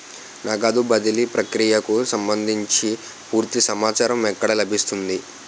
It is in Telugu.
నగదు బదిలీ ప్రక్రియకు సంభందించి పూర్తి సమాచారం ఎక్కడ లభిస్తుంది?